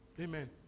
Amen